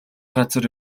газар